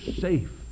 safe